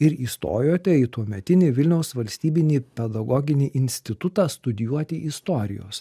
ir įstojote į tuometinį vilniaus valstybinį pedagoginį institutą studijuoti istorijos